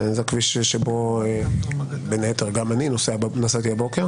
זה הכביש שבו גם אני בין היתר נסעתי הבוקר,